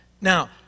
Now